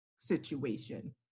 situation